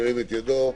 הצבעה התקנות אושרו.